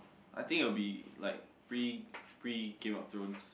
I think it would be like pre pre Game-of-Thrones